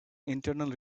internal